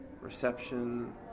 Reception